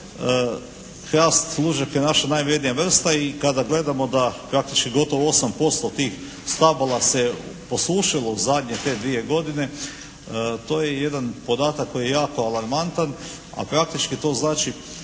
hrast lužnjak je naša najvrednija vrsta i kada gledamo da praktički gotovo 8% tih stabala se posušilo u zadnje te dvije godine, to je jedan podatak koji je jako alarmantan a praktički to znači